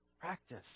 Practice